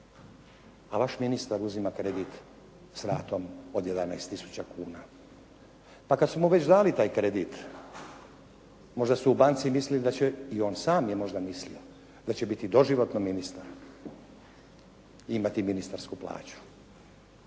a vaš ministar uzima kredit sa ratom od 11 tisuća kuna. Pa kada su mu već dali taj kredit, možda su u banci mislili, i on sam je možda mislio da će biti doživotno ministar i imati ministarsku plaću.